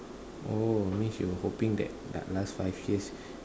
oh means you hoping that the last five years